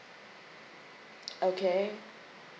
okay